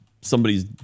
somebody's